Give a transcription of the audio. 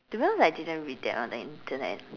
to be honest I didn't read that on the Internet